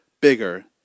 bigger